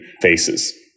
faces